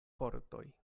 fortoj